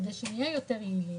כדי שנהיה יותר יעילים,